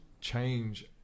change